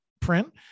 print